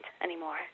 anymore